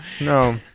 No